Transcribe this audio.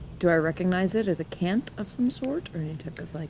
do i recognize it as a cant of some sort or any type of, like